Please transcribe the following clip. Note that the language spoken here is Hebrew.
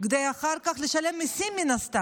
כדי לשלם אחר כך מיסים, מן הסתם.